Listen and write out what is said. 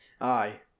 Aye